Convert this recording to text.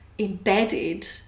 embedded